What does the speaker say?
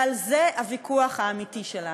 ועל זה הוויכוח האמיתי שלנו.